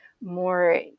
more